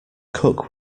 cook